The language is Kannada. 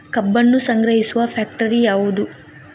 ಕಬ್ಬನ್ನು ಸಂಗ್ರಹಿಸುವ ಫ್ಯಾಕ್ಟರಿ ಯಾವದು?